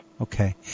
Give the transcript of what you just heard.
Okay